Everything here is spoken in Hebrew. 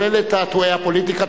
אבל אלה תעתועי הפוליטיקה.